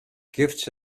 gifts